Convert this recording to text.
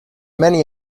many